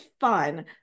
fun